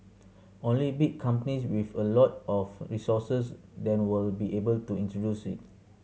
only big companies with a lot of resources then will be able to introduce it